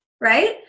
Right